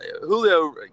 Julio